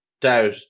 doubt